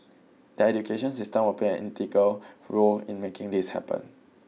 the education system will play an integral role in making this happen